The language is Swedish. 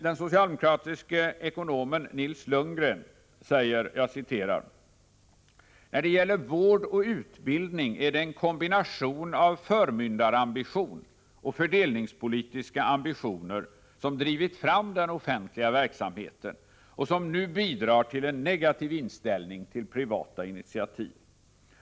Den socialdemokratiske ekonomen Nils Lundgren säger: ”När det gäller vård och utbildning är det en kombination av förmyndarambition och fördelningspolitiska ambitioner som drivit fram den offentliga verksamheten och som nu bidrar till en negativ inställning till privata initiativ.